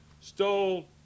stole